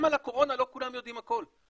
גם על הקורונה לא כולם יודעים הכול,